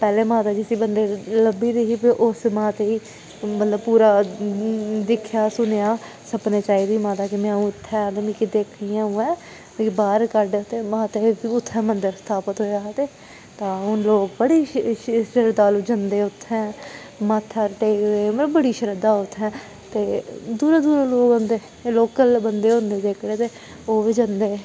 पैह्लें माता जिस बंदे गी लब्भी दी ही ते उस माता गी मतलब पूरा दिक्खेआ सुनेआ सपने च आई दी माता कि में उत्थें आं ते मिगी दिक्ख कि'यां ऐ मिगी बाह्र कड्ढ ते माता दे फ्ही उत्थें मन्दर स्थापत होएआ हा ते तां हून लोग बड़ी शि शरधालु जंदे उत्थें मत्था टेकदे मतलब बड़ी शरधा ऐ उत्थें ते दूरा दूरा दा लोग औंदे लोकल बंदे होंदे जेह्के ते ओह् बी जंदे